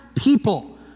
people